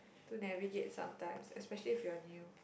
to navigate sometimes especially if you're new